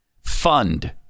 fund